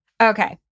Okay